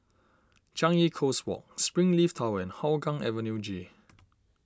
Changi Coast Walk Springleaf Tower and Hougang Avenue G